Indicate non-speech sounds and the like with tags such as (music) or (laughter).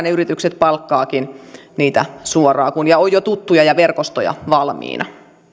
(unintelligible) ne yritykset palkkaavatkin heitä lähes suoraan kun on jo tuttuja verkostoja valmiina